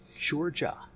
Georgia